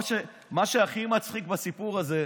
מה שהכי מצחיק בסיפור הזה,